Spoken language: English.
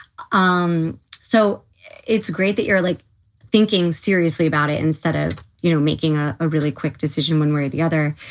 um so it's great that you're like thinking seriously about it instead of, you know, making a ah really quick decision one way or the other.